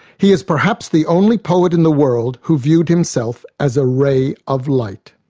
he is perhaps the only poet in the world who viewed himself as a ray of light.